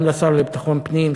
גם לשר לביטחון פנים,